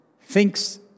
thinks